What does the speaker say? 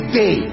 day